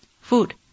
food